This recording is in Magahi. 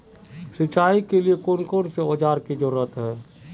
सिंचाई के लिए कौन कौन से औजार की जरूरत है?